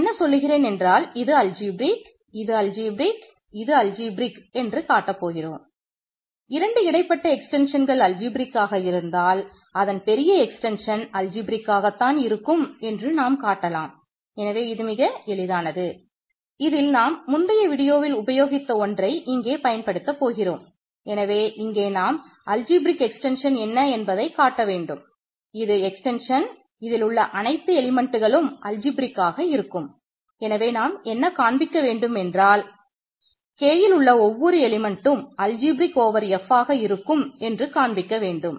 நான் என்ன சொல்லுகிறேன் என்றால் இது அல்ஜிப்ரேக் Fஆக இருக்கும் என்று காண்பிக்க வேண்டும்